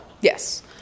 Yes